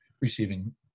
receiving